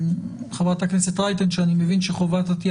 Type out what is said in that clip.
חברת הכסת רייטן שאני מבין שחובת שעטית